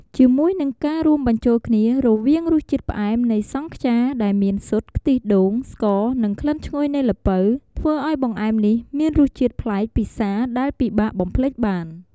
ជាមួយនឹងការរួមបញ្ចូលគ្នារវាងរសជាតិផ្អែមនៃសង់ខ្យា ដែលមាន ស៊ុត ខ្ទិះដូង ស្ករ និងក្លិនឈ្ងុយនៃល្ពៅ ធ្វើឲ្យបង្អែមនេះមានរសជាតិប្លែកពិសាដែលពិបាកបំភ្លេចបាន។